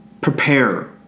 prepare